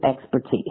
expertise